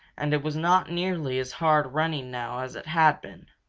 and it was not nearly as hard running now as it had been.